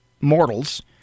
mortals—